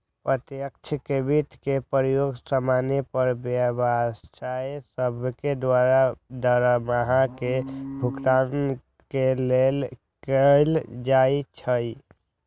प्रत्यक्ष क्रेडिट के प्रयोग समान्य पर व्यवसाय सभके द्वारा दरमाहा के भुगतान के लेल कएल जाइ छइ